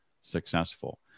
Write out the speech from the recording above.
successful